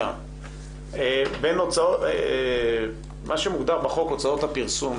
מה שמוגדר בחוק הוצאות הפרסום,